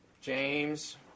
James